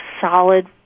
solid